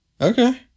Okay